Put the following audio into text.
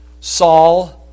Saul